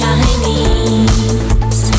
Chinese